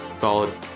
Solid